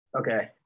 Okay